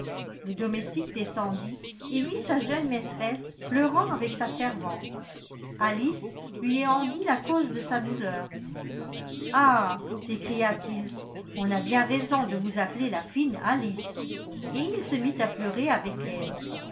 le domestique descendit et vit sa jeune maîtresse pleurant avec sa servante alice lui ayant dit la cause de sa douleur ah s'écria-t-il on a bien raison de vous appeler la fine alice et il se mit à pleurer avec elle